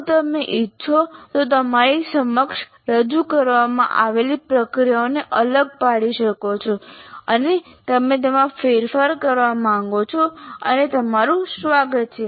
જો તમે ઈચ્છો તો તમે તમારી સમક્ષ રજૂ કરવામાં આવેલી પ્રક્રિયાઓથી અલગ પાડી શકો છો અને તમે તેમાં ફેરફાર કરવા માગો છો અને તમારું સ્વાગત છે